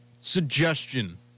suggestion